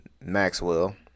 Maxwell